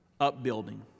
upbuilding